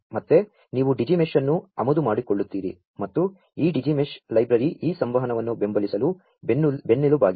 ಮತ್ತೆ ನೀ ವು Digi Mesh ಅನ್ನು ಆಮದು ಮಾ ಡಿಕೊ ಳ್ಳು ತ್ತೀ ರಿ ಮತ್ತು ಈ Digi Mesh ಲೈ ಬ್ರ ರಿಯು ಈ ಸಂ ವಹನವನ್ನು ಬೆಂ ಬಲಿಸಲು ಬೆನ್ನೆಲು ಬಾ ಗಿದೆ